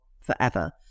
forever